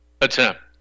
attempt